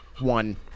one